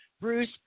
Bruce